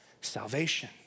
Salvation